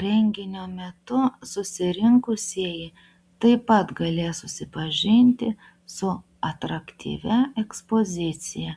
renginio metu susirinkusieji taip pat galės susipažinti su atraktyvia ekspozicija